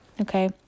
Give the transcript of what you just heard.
Okay